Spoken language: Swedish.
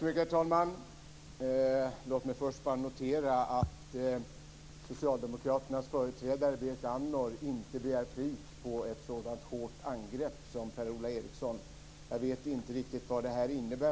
Herr talman! Låt mig först notera att socialdemokraternas företrädare Berit Andnor inte har begärt replik på ett sådant hårt angrepp som Per-Ola Eriksson gjorde. Jag vet inte riktigt vad det innebär.